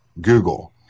Google